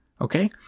okay